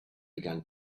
began